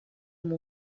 amb